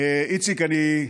איציק, אני,